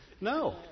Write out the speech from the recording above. No